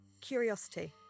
curiosity